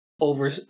over